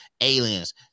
aliens